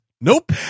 nope